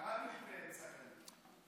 קראנו את פסק הדין.